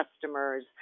customers